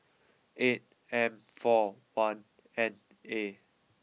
eight M four one N A